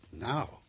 now